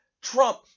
Trump